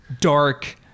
dark